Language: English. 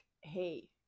hey